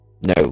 No